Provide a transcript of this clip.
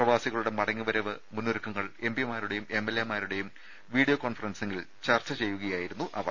പ്രവാസികളുടെ മടങ്ങി വരവ് മുന്നൊരുക്കങ്ങൾ എംപിമാരുടെയും എംഎൽഎമാരുടെയും വീഡിയോ കോൺഫറൻസിൽ ചർച്ച ചെയ്യുകയായിരുന്നു അവർ